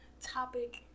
topic